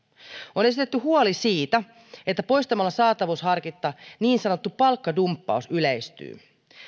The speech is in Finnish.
on esitetty huoli siitä että poistamalla saatavuusharkinta niin sanottu palkkadumppaus yleistyy